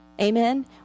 Amen